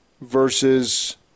versus